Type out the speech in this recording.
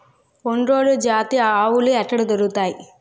ఒంగోలు జాతి ఆవులు ఎక్కడ దొరుకుతాయి?